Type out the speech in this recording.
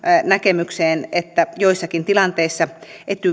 näkemykseen että joissakin tilanteissa